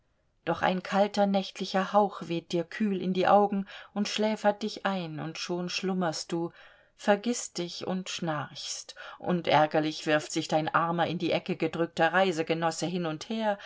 doch ein kalter nächtlicher hauch weht dir kühl in die augen und schläfert dich ein und schon schlummerst du vergißt dich und schnarchst und ärgerlich wirft sich dein armer in die ecke gedrückter reisegenosse hin und her